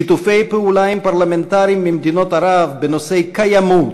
שיתופי פעולה עם פרלמנטרים ממדינות ערב בנושא קיימות,